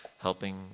helping